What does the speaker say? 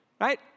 right